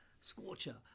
scorcher